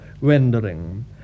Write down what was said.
rendering